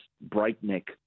breakneck